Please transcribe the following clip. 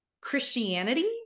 christianity